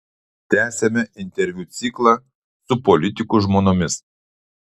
tęsiame interviu ciklą su politikų žmonomis